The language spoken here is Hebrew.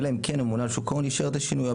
אלא אם כן הממונה על שוק ההון אישר את השינוי או